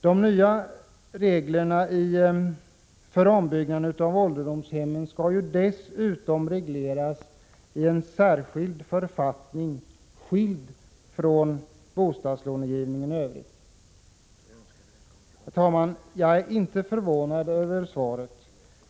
De nya bestämmelserna för ombyggnad av ålderdomshemmen skall dessutom regleras i en särskild författning, skild från bostadslånegivningen i övrigt. Herr talman! Jag är inte förvånad över svaret.